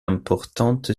importante